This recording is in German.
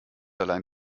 allein